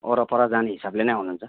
वरपर जाने हिसाबले नै आउनुहुन्छ